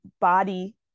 body